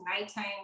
Nighttime